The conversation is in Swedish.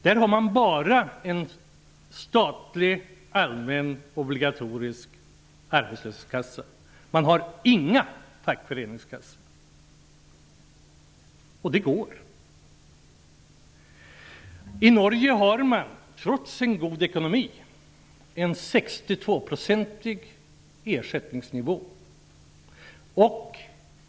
Där har man bara en statlig, allmän, obligatorisk arbetslöshetskassa. Man har inga fackföreningskassor. Och det går. I Norge har man, trots en god ekonomi, en ersättningsnivå på 62 %.